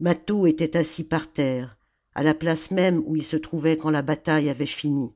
mâtho était assis par terre à la place même où il se trouvait quand la bataille avait fini